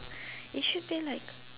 it should be like